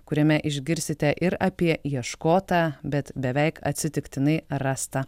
kuriame išgirsite ir apie ieškotą bet beveik atsitiktinai rastą